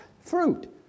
fruit